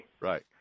Right